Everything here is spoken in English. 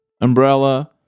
Umbrella